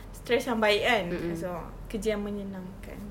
stress yang baik kan yes awak kerja yang menyenangkan